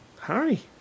Harry